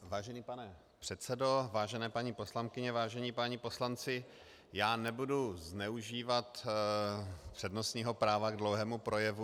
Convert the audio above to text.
Vážený pane předsedo, vážené paní poslankyně, vážení páni poslanci, nebudu zneužívat přednostního práva k dlouhému projevu.